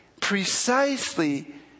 precisely